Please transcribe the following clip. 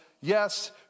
yes